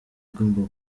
igomba